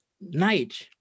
night